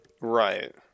Right